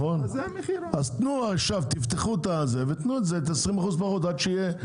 אז שיפתחו כבר עכשיו ויתנו 20% פחות עד שתהיה רשימה.